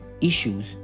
issues